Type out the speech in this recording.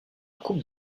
coupe